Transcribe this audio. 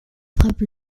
frappe